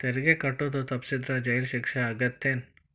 ತೆರಿಗೆ ಕಟ್ಟೋದ್ ತಪ್ಸಿದ್ರ ಜೈಲ್ ಶಿಕ್ಷೆ ಆಗತ್ತೇನ್